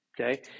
okay